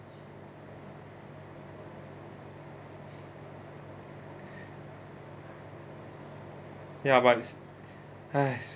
ya but it's !hais!